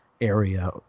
area